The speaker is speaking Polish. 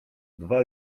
dwa